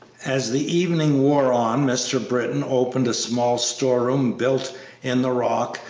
as the evening wore on mr. britton opened a small store-room built in the rock,